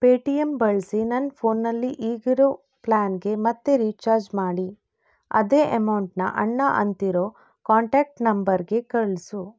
pay T M ಬಳಸಿ ನನ್ನ ಫೋನಲ್ಲಿ ಈಗಿರೊ ಪ್ಲಾನ್ಗೆ ಮತ್ತೆ ರೀಚಾರ್ಜ್ ಮಾಡಿ ಅದೇ ಅಮೌಂಟ್ನ ಅಣ್ಣ ಅಂತಿರೊ ಕಾಂಟ್ಯಾಕ್ಟ್ ನಂಬರ್ಗೆ ಕಳಿಸು